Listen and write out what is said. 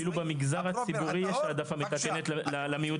בקשה.